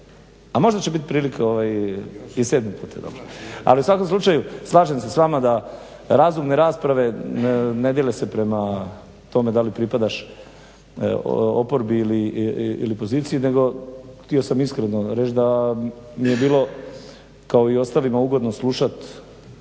A možda će biti prilike i sedmi puta. Ali, u svakom slučaju slažem se s vama da razumne rasprave ne dijele se prema tome da li pripadaš oporbi ili poziciji nego htio sam iskreno reći da mi je bilo kao i ostalima ugodno slušati